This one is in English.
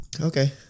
Okay